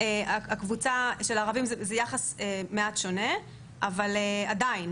הקבוצה של הערבים זה יחס מעט שונה אבל עדיין